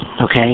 okay